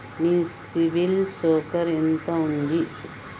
మీ CIBIL score ఎంత ఉంది?